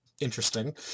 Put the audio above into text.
interesting